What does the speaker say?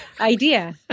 idea